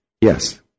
Yes